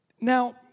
Now